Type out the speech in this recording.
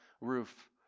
roof